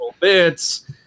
Bits